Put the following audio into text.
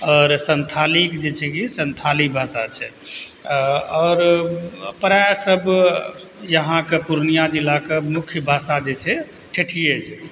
आओर सन्थालीके जे छै कि सन्थाली भाषा छै आओर प्रायः सब यहाँके पूर्णियाँ जिलाके मुख्य भाषा जे छै ठेठिये छै